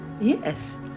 Yes